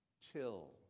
till